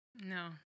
No